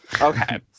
Okay